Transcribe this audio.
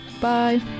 Bye